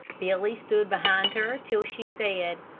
billy stood behind her till she said,